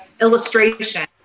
illustration